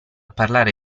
parlare